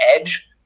edge